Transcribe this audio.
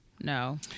no